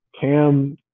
Cam